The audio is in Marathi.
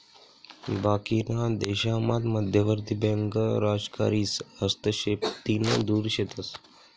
बाकीना देशामात मध्यवर्ती बँका राजकारीस हस्तक्षेपतीन दुर शेतस